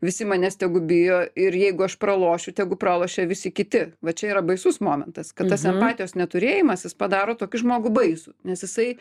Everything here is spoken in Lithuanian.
visi manęs tegu bijo ir jeigu aš pralošiu tegu pralošia visi kiti va čia yra baisus momentas kad tas empatijos neturėjimas jis padaro tokį žmogų baisų nes jisai